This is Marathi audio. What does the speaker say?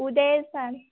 उद्या ये सांग